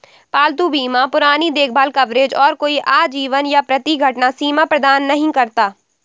पालतू बीमा पुरानी देखभाल कवरेज और कोई आजीवन या प्रति घटना सीमा प्रदान नहीं करता